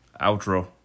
outro